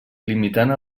limitant